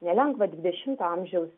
nelengvą dvidešimto amžiaus